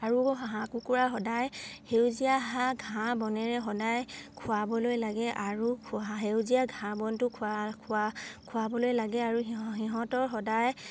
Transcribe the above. আৰু হাঁহ কুকুৰা সদায় সেউজীয়া হাঁহ ঘাঁহ বনেৰে সদায় খোৱাবলৈ লাগে আৰু সেউজীয়া ঘাঁহ বনটো খোৱা খোৱা খোৱাবলৈ লাগে আৰুিহ সিহঁতৰ সদায়